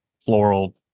floral